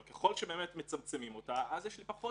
אבל ככל שמצמצמים אותה יש פחות